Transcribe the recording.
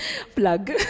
plug